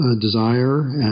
desire